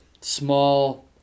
small